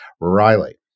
Riley